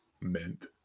meant